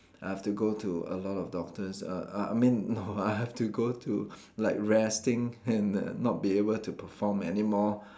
I have to go to a lot of doctors uh I mean no I have to go to like resting and not be able to perform any more